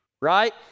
right